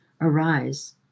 arise